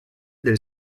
del